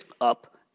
up